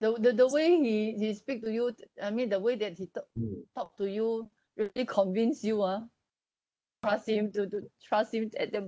the the the way he he speak to you I mean the way that he talk talk to you will it convince you ah trust him to do trust him and then